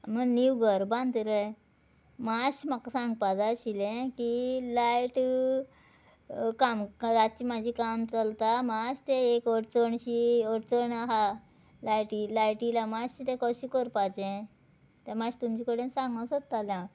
नीव घर बांदत रे माश्शें म्हाका सांगपा जाय आशिल्लें की लायट काम रातचें म्हाजें काम चलता मातशें तें एक अडचणशी अडचण आहा लायटी लायटी लाय मातशें तें कशें करपाचें तें मातशें तुमचे कडेन सांगूंक सोदतालें हांव